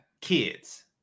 kids